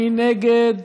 מי נגד?